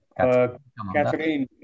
Catherine